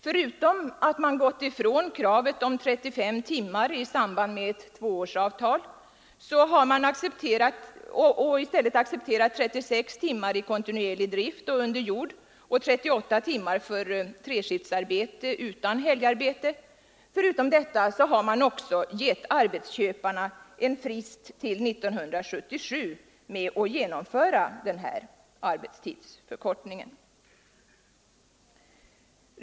Förutom att man gått ifrån det krav på 35 timmars arbetsvecka som ställdes i samband med kravet på ett tvåårsavtal och i stället accepterat 36 timmars arbetsvecka i kontinuerlig drift och under jord och 38 timmars arbetsvecka för treskiftsarbete utan helgarbete, har man också givit arbetsköparna en frist till 1977 med att genomföra denna arbetstidsförkortning.